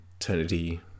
eternity